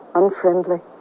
unfriendly